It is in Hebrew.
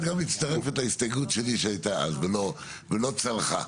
את גם מצטרפת להסתייגות שלי שהייתה אז ולא צלחה,